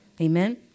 Amen